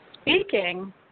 speaking